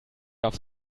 aufs